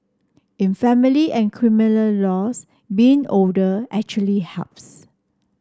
in family and criminal laws being older actually helps